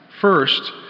First